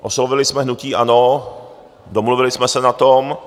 Oslovili jsme hnutí ANO, domluvili jsme se na tom.